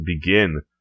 begin